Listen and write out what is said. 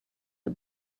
are